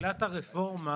מתחילת הרפורמה